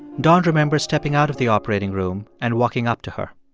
don remembers stepping out of the operating room and walking up to her.